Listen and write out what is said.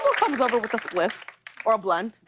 comes over with a spliff or a blunt.